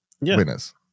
winners